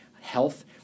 health